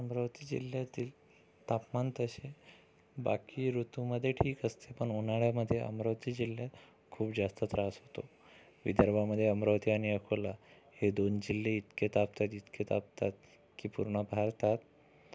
अमरावती जिल्ह्यातील तापमान तसे बाकी ऋतूमध्ये ठीक असते पण उन्हाळ्यामध्ये अमरावती जिल्ह्यात खूप जास्त त्रास होतो विदर्भामध्ये अमरावती आणि अकोला हे दोन जिल्हे इतके तापतात इतके तापतात की पूर्ण भारतात